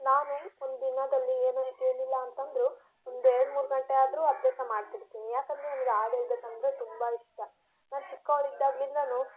ನಾನು ಒಂದು ದಿನದಲ್ಲಿ ಏನು ಏನಿಲ್ಲ ಅಂತ ಅಂದರೂ ಒಂದೆರಡು ಮೂರು ಗಂಟೆಯಾದರೂ ಅಭ್ಯಾಸ ಮಾಡ್ತಿರ್ತೀನಿ ಯಾಕೆಂದ್ರೆ ನನಗೆ ಹಾಡು ಹೇಳ್ಬೇಕೆಂದ್ರೆ ತುಂಬ ಇಷ್ಟ ನಾನು ಚಿಕ್ಕವಳಿದ್ದಾಗಲಿಂದಲೂ ನಮ್ಮ ಸಂಗೀತ